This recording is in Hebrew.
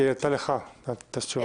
היא ענתה לך את התשובה הזאת?